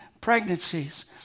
pregnancies